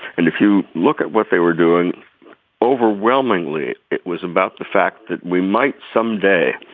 and if you look at what they were doing overwhelmingly it was about the fact that we might someday